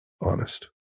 honest